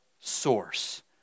source